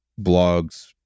blogs